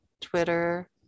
Twitter